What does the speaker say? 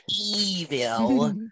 evil